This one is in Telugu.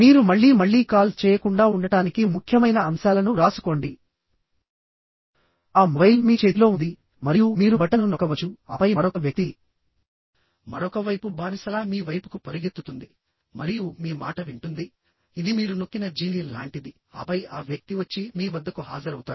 మీరు మళ్లీ మళ్లీ కాల్ చేయకుండా ఉండటానికి ముఖ్యమైన అంశాలను వ్రాసుకోండి ఆ మొబైల్ మీ చేతిలో ఉంది మరియు మీరు బటన్ను నొక్కవచ్చు ఆపై మరొక వ్యక్తి మరొక వైపు బానిసలా మీ వైపుకు పరుగెత్తుతుంది మరియు మీ మాట వింటుంది ఇది మీరు నొక్కిన జీనీ లాంటిది ఆపై ఆ వ్యక్తి వచ్చి మీ వద్దకు హాజరవుతాడు